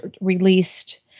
released